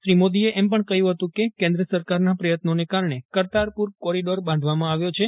શ્રી મોદીએ એમપજ્ઞ કહયું હતું કે કેન્દ્ર સરકારના પ્રયત્નોને કારણે કરતારપુર કોરીડોર બાંધવામાં આવ્યો છે